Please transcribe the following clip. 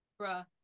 Bruh